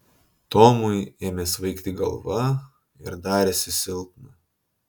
tomui ėmė svaigti galva ir darėsi silpna